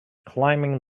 climbing